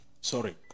sorry